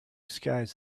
skies